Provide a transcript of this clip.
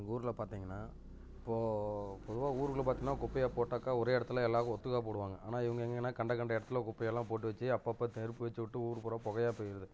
எங்கள் ஊர்ல பார்த்திங்கனா இப்போது பொதுவாக ஊருக்குள்ளபார்த்திங்கனா குப்பையை போட்டாக்கா ஒரே இடத்துல எல்லாரும் ஒட்டுக்கா போடுவாங்கள் ஆனால் இவங்க எங்கனா கண்ட கண்ட இடத்துல குப்பையெல்லாம் போட்டு வச்சு அப்பப்ப நெருப்பு வச்சிவிட்டு ஊர் பூராக புகையா போயிடுது